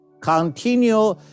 Continue